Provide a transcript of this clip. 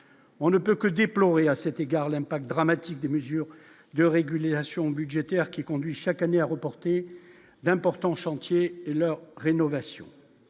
On ne peut que déplorer à cet égard l'impact dramatique des mesures de régulation budgétaire qui conduit chaque année à reporter d'importants chantiers leur rénovation,